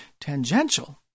tangential